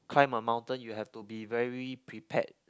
climb a mountain you have to be very prepared